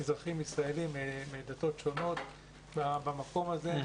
אזרחים ישראלים מדתות שונות במקום הזה.